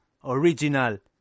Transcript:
Original